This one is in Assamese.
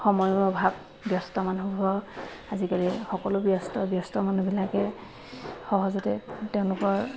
সময়ৰ অভাৱ ব্যস্ত মানুহবোৰৰ আজিকালি সকলো ব্যস্ত ব্যস্ত মানুহবিলাকে সহজতে তেওঁলোকৰ